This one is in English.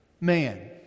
man